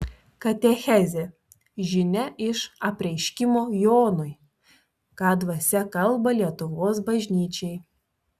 katechezė žinia iš apreiškimo jonui ką dvasia kalba lietuvos bažnyčiai